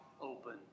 open